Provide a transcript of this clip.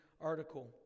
article